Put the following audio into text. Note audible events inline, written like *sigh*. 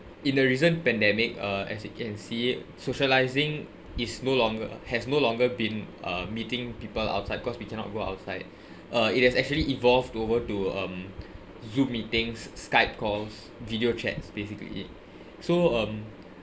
in the recent pandemic uh as you can see socialising is no longer has no longer been uh meeting people outside cause we cannot go outside *breath* uh it has actually evolved over to um you meetings skype calls video chats basically it so um